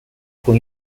fue